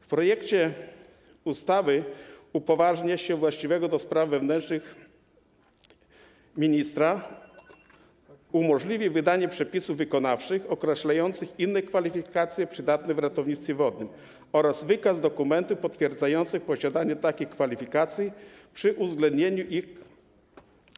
W projekcie ustawy upoważnia się ministra właściwego do spraw wewnętrznych do wydania przepisów wykonawczych określających inne kwalifikacje przydatne w ratownictwie wodnym oraz wykaz dokumentów potwierdzających posiadanie takich kwalifikacji, przy uwzględnieniu,